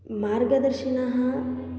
मार्गदर्शिनः